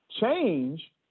Change